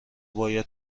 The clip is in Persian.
باید